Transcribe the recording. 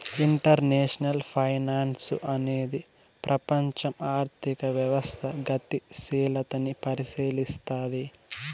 international finance అనేది ప్రపంచం ఆర్థిక వ్యవస్థ గతిశీలతని పరిశీలస్తది